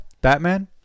Batman